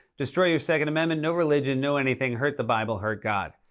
destroy your second amendment, no religion, no anything, hurt the bible, hurt god.